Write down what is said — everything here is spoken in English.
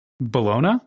Bologna